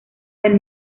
del